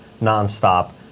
nonstop